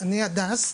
אני הדס,